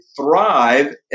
thrive